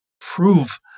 prove